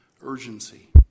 urgency